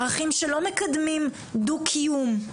ערכים שלא מקדמים דו-קיום זה